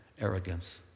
arrogance